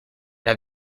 have